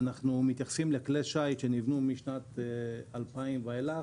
אנחנו מתייחסים לכלי שיט שנבנו משנת 2000 ואילך,